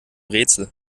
rätsel